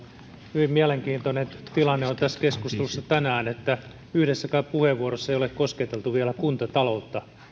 hyvin mielenkiintoinen tilanne on tässä keskustelussa tänään että yhdessäkään puheenvuorossa ei ole vielä kosketeltu kuntataloutta